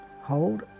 Hold